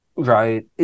right